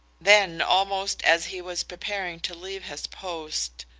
then, almost as he was preparing to leave his post,